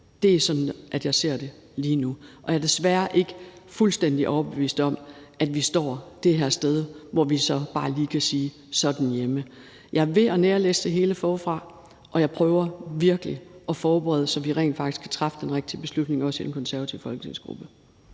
Det er sådan, jeg ser det lige nu, og jeg er desværre ikke fuldstændig overbevist om, at vi står et sted, hvor vi så bare lige kan sige, at så er den hjemme. Jeg er ved at nærlæse det hele forfra, og jeg prøver virkelig at forberede det, så vi rent faktisk kan træffe den rigtige beslutning, også i den konservative folketingsgruppe.